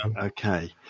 Okay